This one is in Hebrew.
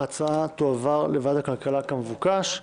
שמונה בעד, ההצעה תועבר לוועדת הכלכלה כמבוקש.